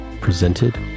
Presented